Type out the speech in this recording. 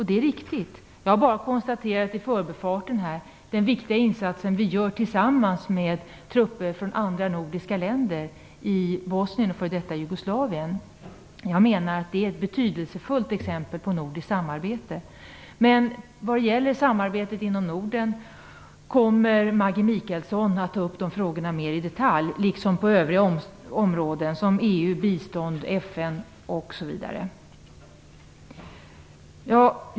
Det är riktigt. Själv har jag i förbifarten här konstaterat vilken viktig insats vi gör tillsammans med trupper från andra nordiska länder i Bosnien och f.d. Jugoslavien. Jag menar att det är ett betydelsefullt exempel på nordiskt samarbete. Maggi Mikaelsson kommer dock att mera i detalj ta upp frågorna om samarbetet inom Norden liksom övriga områden - EU, bistånd, FN osv.